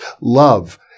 love